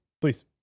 Please